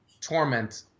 torment